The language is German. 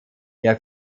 der